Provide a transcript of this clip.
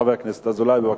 חבר הכנסת אזולאי, בבקשה.